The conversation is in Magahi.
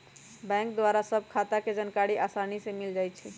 बैंक द्वारा सभ खता के जानकारी असानी से मिल जाइ छइ